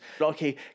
Okay